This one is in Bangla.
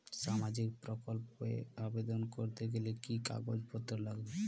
সামাজিক প্রকল্প এ আবেদন করতে গেলে কি কাগজ পত্র লাগবে?